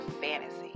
fantasy